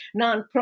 nonprofit